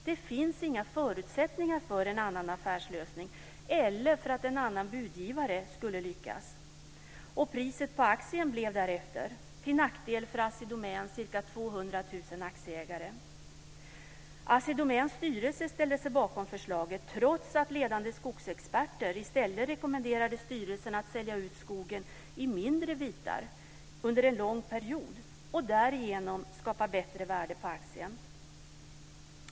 Det finns inga förutsättningar för en annan affärslösning eller för att en annan budgivare skulle lyckas. Och priset på aktien blev därefter, till nackdel för Assi Domäns ca 200 000 aktieägare. Assi Domäns styrelse ställde sig bakom förslaget, trots att ledande skogsexperter i stället rekommenderade styrelsen att sälja ut skogen i mindre bitar under en lång period och därigenom skapa bättre värde på aktien.